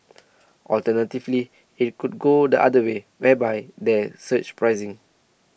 alternatively it could go the other way whereby there's surge pricing